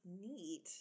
neat